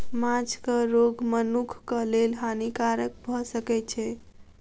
माँछक रोग मनुखक लेल हानिकारक भअ सकै छै